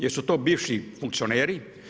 Jesu to bivši funkcioneri?